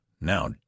Now